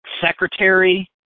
Secretary